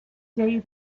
day